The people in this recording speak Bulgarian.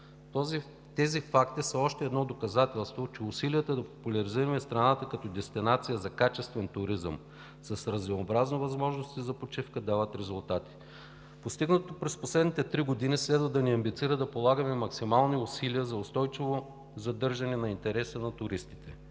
Тези факти са още едно доказателство, че усилията да популяризираме страната като дестинация за качествен туризъм с разнообразни възможности за почивка дават резултат. Постигнатото през последните три години следва да ни амбицира да полагаме максимални усилия за устойчиво задържане на интереса на туристите.